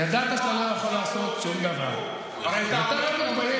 ידעת שאתה לא יכול לעשות שום דבר, הרי, שר האוצר,